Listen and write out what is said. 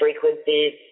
frequencies